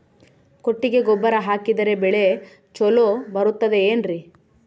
ಕೊಟ್ಟಿಗೆ ಗೊಬ್ಬರ ಹಾಕಿದರೆ ಬೆಳೆ ಚೊಲೊ ಬರುತ್ತದೆ ಏನ್ರಿ?